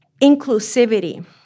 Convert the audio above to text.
inclusivity